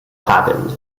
happened